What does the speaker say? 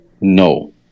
no